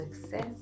success